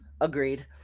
Agreed